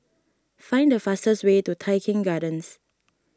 find the fastest way to Tai Keng Gardens